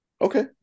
Okay